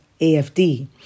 AFD